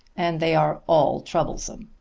and they are all troublesome.